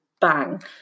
bang